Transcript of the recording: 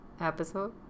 episode